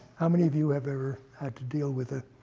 how many of you have ever had to deal with a